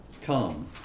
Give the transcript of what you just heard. come